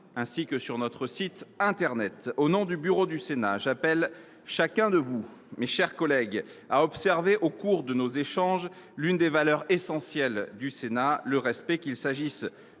ainsi que sur notre site internet. Au nom du bureau du Sénat, j’appelle chacun de vous à observer au cours de nos échanges l’une des valeurs essentielles du Sénat : le respect, qu’il s’agisse